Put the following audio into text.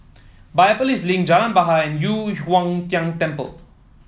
Biopolis Link Jalan Bahar and Yu Huang Tian Temple